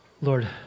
Lord